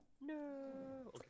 No